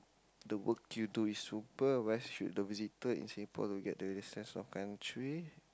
the work you do is super wheres you do visit in Singapore we get recess of country